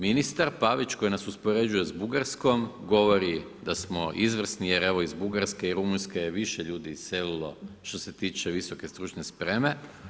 Ministar Pavić koji nas uspoređuje s Bugarskom govori da smo izvrsni jer evo iz Bugarske i Rumunjske je više ljudi iselilo što se tiče visoke stručne spreme.